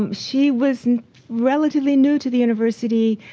um she was relatively new to the university,